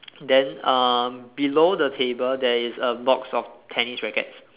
then uh below the table there is a box of tennis rackets